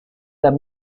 ahora